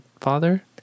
father